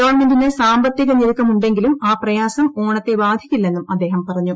ഗവൺമെന്റിന് സാമ്പത്തിക ഞെരുക്കമുങ്കിലും ആ പ്രയാസം ഓണത്തെ ബാധിക്കില്ലെന്നും അദ്ദേഹം പറഞ്ഞു